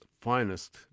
finest